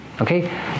okay